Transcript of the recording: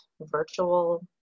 virtual